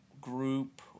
group